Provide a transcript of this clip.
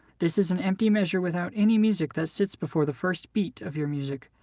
this is an empty measure without any music that sits before the first beat of your music.